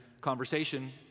conversation